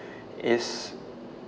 is